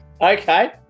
Okay